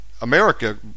America